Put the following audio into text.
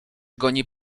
goni